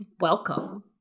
welcome